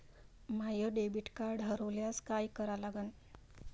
माय debit card हरोल्यास काय करा लागन?